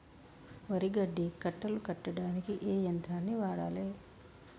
వరి గడ్డి కట్టలు కట్టడానికి ఏ యంత్రాన్ని వాడాలే?